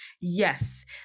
yes